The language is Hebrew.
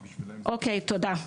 תודה.